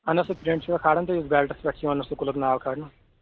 اَہن حظ سُہ پرنٹ چھوا کھالان تُہۍ یُس بیٚلٹس پٮ۪ٹھ چھُ یِوان سکوٗلُک ناو کھالنہٕ